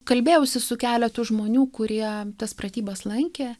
kalbėjausi su keletu žmonių kurie tas pratybas lankė